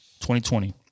2020